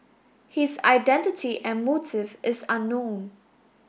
his identity and motive is unknown